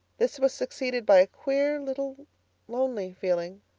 this was succeeded by a queer, little lonely feeling.